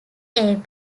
ebb